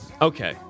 Okay